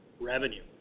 revenue